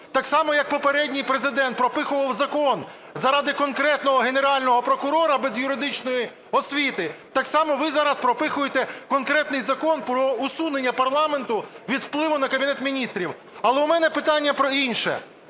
Так само як попередній Президент пропихував закон заради конкретного Генерального прокурора без юридичної освіти, так само ви зараз пропихуєте конкретний закон про усунення парламенту від впливу на Кабінет Міністрів. Але у мене питання про інше.